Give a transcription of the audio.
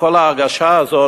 כל ההרגשה הזאת,